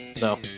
No